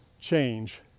change